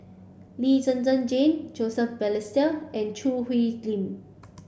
Lee Zhen Zhen Jane Joseph Balestier and Choo Hwee Lim